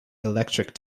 electric